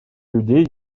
людей